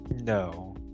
No